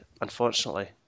unfortunately